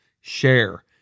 share